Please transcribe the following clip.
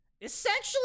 essentially